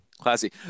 Classy